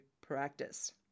practice